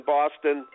Boston